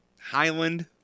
Highland